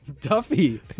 Duffy